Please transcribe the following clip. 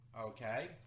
okay